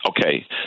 okay